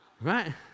Right